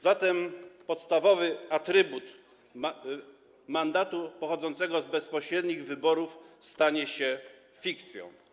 Zatem podstawowy atrybut mandatu pochodzącego z bezpośrednich wyborów stanie się fikcją.